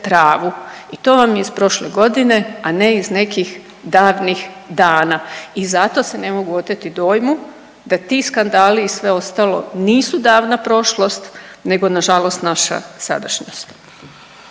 i to vam je iz prošle godine, a ne iz nekih davnih dana. I zato se ne mogu oteti dojmu da ti skandali i sve ostalo nisu davna prošlost nego nažalost naša sadašnjost.